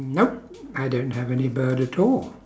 nope I don't have any bird at all